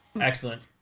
Excellent